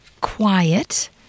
quiet